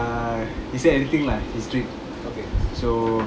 uh he said anything lah his treat so